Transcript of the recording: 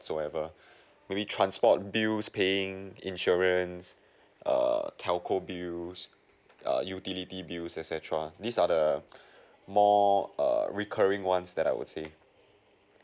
so whatever maybe transport bills paying insurance err telco bills err utility bills et cetera these are the more err recurring ones that I would say